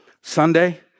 Sunday